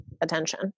attention